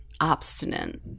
obstinate